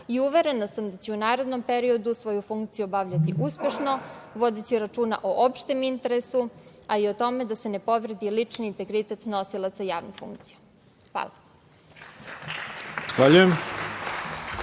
i uverena sam da će u narednom periodu svoju funkciju obavljati uspešno, vodeći računa o opštem interesu, a i o tome da se ne povredi lični integritet nosilaca javnih funkcija. Hvala. **Ivica